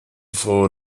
froh